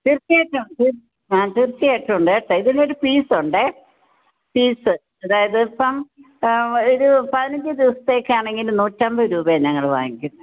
തീര്ച്ചയായിട്ടും ആ തീര്ച്ചയായിട്ടും ഉണ്ട് ഇതിനൊരു ഫീസ് ഉണ്ട് ഫീസ് അതായത് ഇപ്പം ഒരു പതിനഞ്ച് ദിവസത്തേക്കാണ് എങ്കില് നൂറ്റമ്പത് രൂപയാണ് ഞങ്ങള് വാങ്ങിക്കു